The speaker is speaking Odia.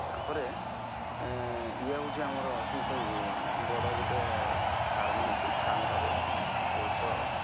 ତା'ପରେ ଇଏ ହେଉଛି ଆମର କି କହିବି ବଡ଼ ଗୋଟେ ଫାର୍ମ୍ ହୋଇଛି ଫାର୍ମ୍ଟାରେ ଅବଶ୍ୟ